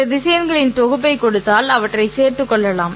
இந்த திசையன்களின் தொகுப்பைக் கொடுத்தால் அவற்றைச் சேர்த்துக் கொள்ளலாம்